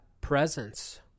presence